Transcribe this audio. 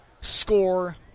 score